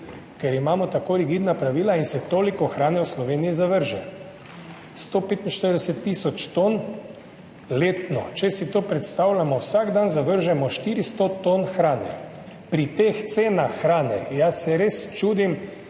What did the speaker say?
ker imamo tako rigidna pravila in se toliko hrane v Sloveniji zavrže, 145 tisoč ton letno. Če si to predstavljamo, vsak dan zavržemo 400 ton hrane, pri teh cenah hrane. Jaz se res čudim,